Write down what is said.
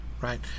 right